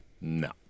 no